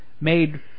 made